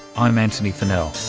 i'm antony funnell.